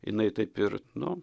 jinai taip ir nu